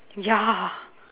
ya